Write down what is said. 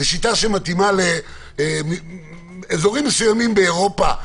שמתאימה לאזורים מסוימים באירופה,